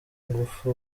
ingufu